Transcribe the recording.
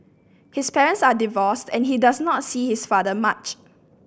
his parents are divorced and he does not see his father much